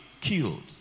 killed